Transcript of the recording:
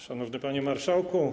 Szanowny Panie Marszałku!